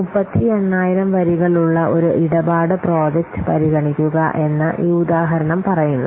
38000 വരികളുള്ള ഒരു ഇടപാട് പ്രോജക്റ്റ് പരിഗണിക്കുക എന്ന് ഈ ഉദാഹരണം പറയുന്നു